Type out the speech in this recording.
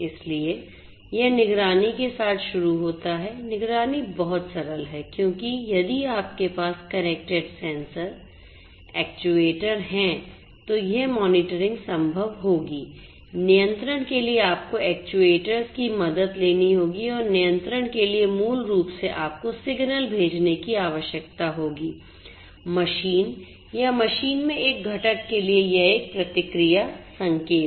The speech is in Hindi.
इसलिए यह निगरानी के साथ शुरू होता है निगरानी बहुत सरल है क्योंकि यदि आपके पास कनेक्टेड सेंसर एक्ट्यूएटर की मदद लेनी होगी और नियंत्रण के लिए मूल रूप से आपको सिग्नल भेजने की आवश्यकता होगी मशीन या मशीन में एक घटक के लिए यह एक प्रतिक्रिया संकेत है